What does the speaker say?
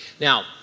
Now